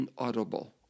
inaudible